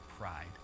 pride